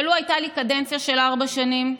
ולו הייתה לי קדנציה של ארבע שנים,